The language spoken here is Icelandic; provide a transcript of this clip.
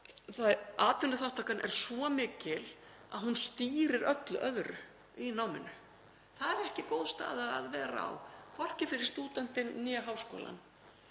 að atvinnuþátttakan er svo mikil að hún stýrir öllu öðru í náminu. Það er ekki góð staða að vera í, hvorki fyrir stúdentinn né háskólann.